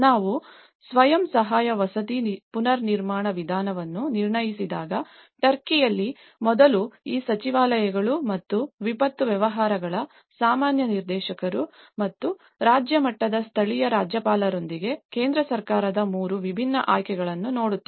ನಾವು ಸ್ವಯಂ ಸಹಾಯ ವಸತಿ ಪುನರ್ನಿರ್ಮಾಣ ವಿಧಾನವನ್ನು ನಿರ್ಣಯಿಸಿದಾಗ ಟರ್ಕಿಯಲ್ಲಿ ಮೊದಲು ಈ ಸಚಿವಾಲಯಗಳು ಮತ್ತು ವಿಪತ್ತು ವ್ಯವಹಾರಗಳ ಸಾಮಾನ್ಯ ನಿರ್ದೇಶಕರು ಮತ್ತು ರಾಜ್ಯ ಮಟ್ಟದ ಸ್ಥಳೀಯ ರಾಜ್ಯಪಾಲರೊಂದಿಗೆ ಕೇಂದ್ರ ಸರ್ಕಾರದ 3 ವಿಭಿನ್ನ ಆಯ್ಕೆಗಳನ್ನು ನೋಡುತ್ತೇವೆ